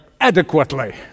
adequately